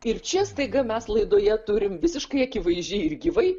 ir čia staiga mes laidoje turim visiškai akivaizdžiai ir gyvai